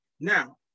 Now